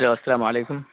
hello السلام علیکم